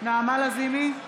נעמה לזימי,